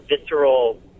visceral